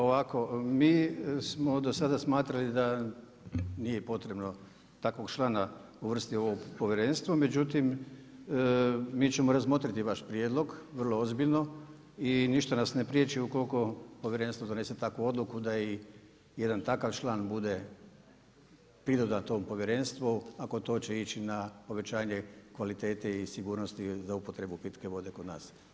Ovako mi smo do sada smatrali da nije potrebno takvog člana uvrstiti u ovo povjerenstvo, međutim mi ćemo razmotriti vaš prijedlog vrlo ozbiljno i ništa nas ne priječi ukoliko povjerenstvo donese takvu odluku da i jedan takav član bude pridodat tom povjerenstvu ako to hoće ići na povećanje kvalitete i sigurnosti za upotrebu pitke vode kod nas.